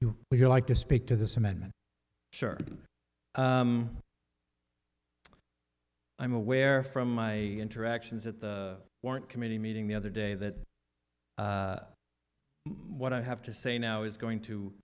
you would you like to speak to this amendment sure i'm aware from my interactions at the warrant committee meeting the other day that what i have to say now is going to